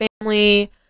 family